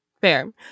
Fair